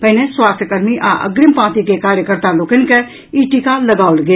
पहिने स्वास्थ्य कर्मी आ अग्रिम पाँती के कार्यकर्त्ता लोकनि के ई टीका लगाओल गेल